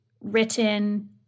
written